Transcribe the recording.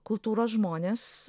kultūros žmonės